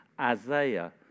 Isaiah